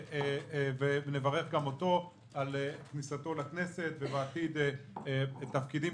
ונברך גם אותו על כניסתו לכנסת ובעתיד לתפקידים